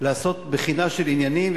לעשות בחינה של עניינים,